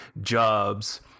jobs